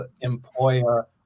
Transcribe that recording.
employer